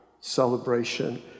celebration